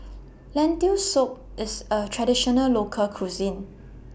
Lentil Soup IS A Traditional Local Cuisine